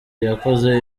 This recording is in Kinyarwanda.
yakoze